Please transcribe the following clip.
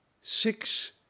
six